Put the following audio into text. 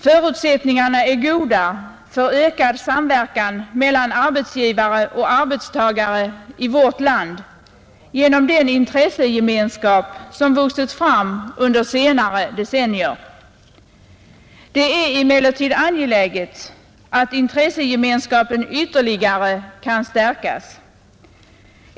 Förutsättningarna är goda för ökad samverkan mellan arbetsgivare och arbetstagare i vårt land genom den intressegemenskap som vuxit fram under senare decennier. Det är emellertid angeläget att intressegemenskapen ytterligare kan stärkas.